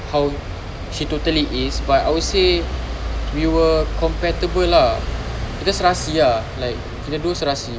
how she totally is but I would say we were compatible ah just serasi ah like kita dua serasi